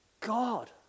God